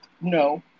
no